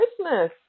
Christmas